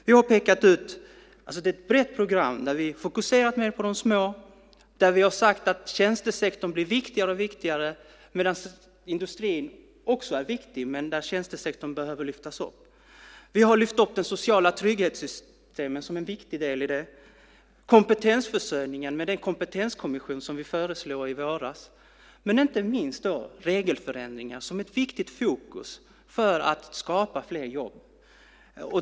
Vi har i ett brett program fokuserat mer på de små företagen och sagt att tjänstesektorn blir viktigare och viktigare medan industrin också är viktig men där tjänstesektorn behöver lyftas fram. Vi har lyft fram det sociala trygghetssystemet som en del i det. Vi pekar på kompetensförsörjningen med den kompetenskommission som vi föreslog i våras, men inte minst på regelförändringar som ett viktigt fokus för att skapa fler jobb.